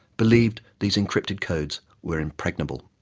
believed these encrypted codes were impregnable.